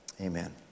Amen